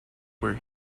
where